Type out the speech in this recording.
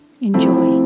Enjoy